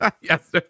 Yes